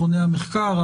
מכוני המחקר,